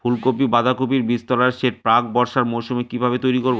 ফুলকপি বাধাকপির বীজতলার সেট প্রাক বর্ষার মৌসুমে কিভাবে তৈরি করব?